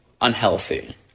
unhealthy